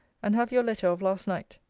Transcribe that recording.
and have your letter of last night.